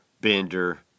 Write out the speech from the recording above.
Bender